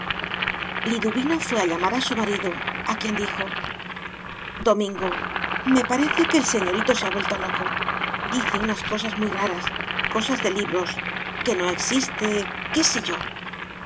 liduvina fué a llamar a su marido a quien dijo domingo me parece que el señorito se ha vuelto loco dice unas cosas muy raras cosas de libros que no existe qué sé yo